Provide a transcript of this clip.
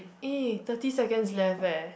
eh thirty seconds left eh